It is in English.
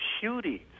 shootings